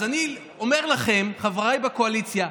אז אני אומר לכם, חבריי בקואליציה: